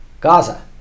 Gaza